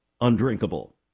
undrinkable